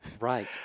Right